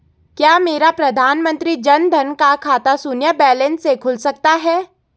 क्या मेरा प्रधानमंत्री जन धन का खाता शून्य बैलेंस से खुल सकता है?